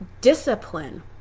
discipline